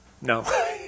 No